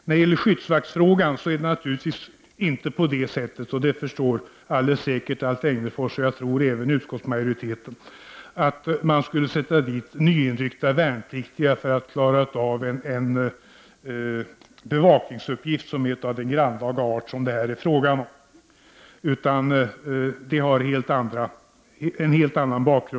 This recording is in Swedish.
När det gäller skyddsvaktsfrågan är det naturligtvis inte på det sättet, och det förstår alldeles säkert Alf Egnerfors och jag tror även utskottsmajoriteten, att man skulle sätta in nyinryckta värnpliktiga för att klara av en bevakningsuppgift av den grannlaga art som det här är fråga om.